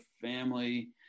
family